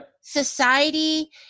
society